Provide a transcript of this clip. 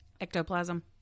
Ectoplasm